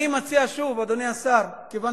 אני מציע, שוב, אדוני השר, כיוון